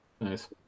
Nice